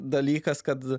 dalykas kad